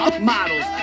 models